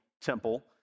temple